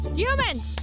humans